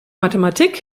mathematik